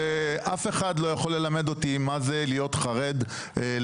ואף אחד לא יכול ללמד אותי מה זה להיות חרד לעיר.